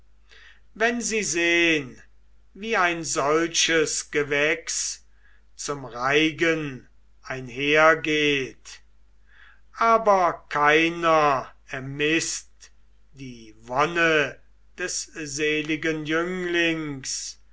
wenn sie sehn wie ein solches gewächs zum reigen einhergeht aber keiner ermißt die wonne des seligen jünglings